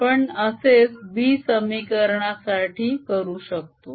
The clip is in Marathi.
आपण असेच B समीकरणा साठी करू शकतो